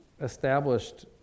established